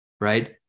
right